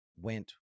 went